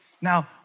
Now